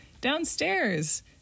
downstairs